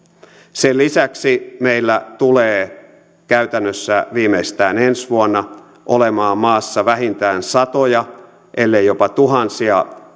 sen lisäksi meillä tulee käytännössä viimeistään ensi vuonna olemaan maassa vähintään satoja ellei jopa tuhansia